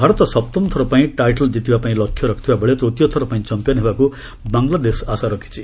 ଭାରତ ସପ୍ତମଥର ପାଇଁ ଟାଇଟଲ୍ ଜିତିବାପାଇଁ ଲକ୍ଷ୍ୟ ରଖିଥିବାବେଳେ ତୃତୀୟ ଥରପାଇଁ ଚାମ୍ପିୟନ୍ ହେବାକୁ ବାଂଲାଦେଶ ଆଶା ରଖିଛି